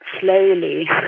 slowly